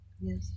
Yes